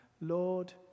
Lord